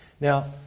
Now